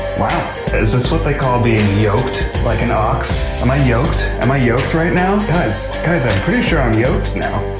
wow. is this is what they call being yoked like an ox? am i yoked? am i yoked right now? guys, guys i'm pretty sure i'm yoked now.